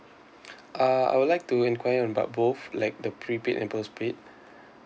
uh I would like to enquire about both like the prepaid and postpaid